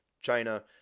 China